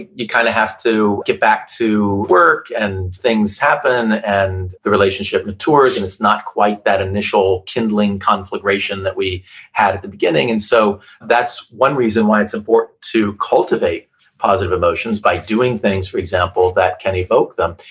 you kind of have to get back to work, and things happen, and the relationship matures, and it's not quite that initial kindling, conflict ration that we had at the beginning, and so that's one reason why it's important to cultivate positive emotions by doing things, for example, that can evoke them.